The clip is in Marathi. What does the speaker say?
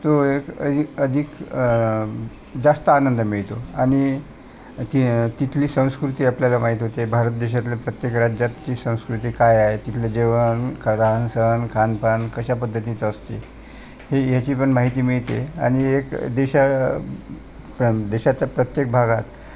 तो एक अधिक अधिक जास्त आनंद मिळतो आणि ती तिथली संस्कृती आपल्याला माहीत होते भारत देशातले प्रत्येक राज्यातची संस्कृती काय आहे तिथलं जेवण का राहणसहाण खानपान कशा पद्धतीचं असते आहे हे ह्याची पण माहिती मिळते आनि एक देशा प्रांत देशाच्या प्रत्येक भागात